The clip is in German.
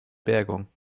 bergung